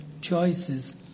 choices